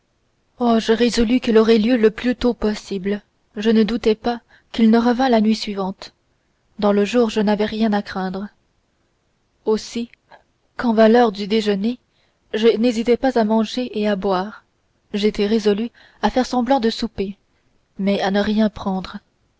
oh je résolus qu'elle aurait lieu le plus tôt possible je ne doutais pas qu'il ne revînt la nuit suivante dans le jour je n'avais rien à craindre aussi quand vint l'heure du déjeuner je n'hésitai pas à manger et à boire j'étais résolue à faire semblant de souper mais à ne rien prendre